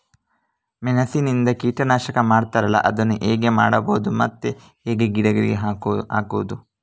ಮೆಣಸಿನಿಂದ ಕೀಟನಾಶಕ ಮಾಡ್ತಾರಲ್ಲ, ಅದನ್ನು ಹೇಗೆ ಮಾಡಬಹುದು ಮತ್ತೆ ಹೇಗೆ ಗಿಡಗಳಿಗೆ ಹಾಕುವುದು?